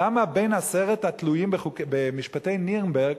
למה בין עשרת התלויים במשפטי נירנברג